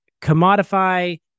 commodify